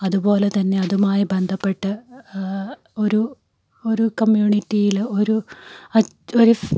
അതുപോലെതന്നെ അതുമായി ബന്ധപ്പെട്ട് ഒരു ഒരു കമ്മ്യൂണിറ്റിയിൽ ഒരു ഒരു